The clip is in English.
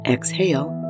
Exhale